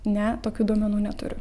ne tokių duomenų neturiu